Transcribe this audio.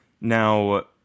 Now